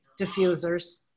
diffusers